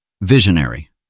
Visionary